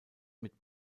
mit